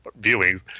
viewings